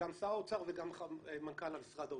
גם שר האוצר וגם מנכ"ל משרד האוצר.